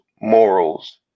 morals